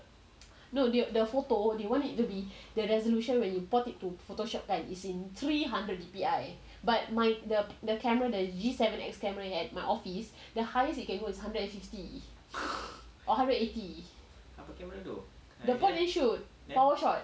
no the the photo they want it to be the resolution when you port it to photoshop kan is in three hundred D_P_I but my the the camera that the G seven X camera at my office the highest you can go is hundred and fifty or hundred and eighty the point and shoot